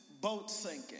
boat-sinking